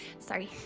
sorry,